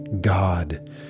God